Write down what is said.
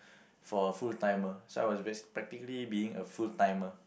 for a full timer so I was bas~ practically being a full timer